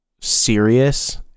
serious